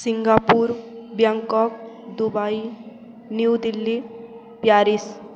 Singapore Bangkok Dubai New Delhi Paris